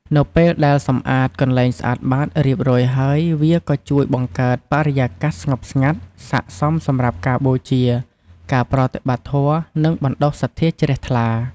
នៅពេលដែល សម្អាតកន្លែងស្អាតបាត រៀបរយហើយ វាក៏ជួយបង្កើតបរិយាកាសស្ងប់ស្ងាត់ ស័ក្តិសមសម្រាប់ការបូជា ការប្រតិបត្តិធម៌ និងបណ្តុះសទ្ធាជ្រះថ្លា។